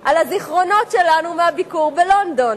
על הזיכרונות שלנו מהביקור בלונדון.